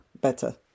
better